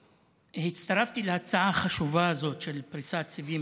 הצטרפתי להצעה החשובה הזאת של פריסת סיבים